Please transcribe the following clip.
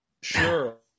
Sure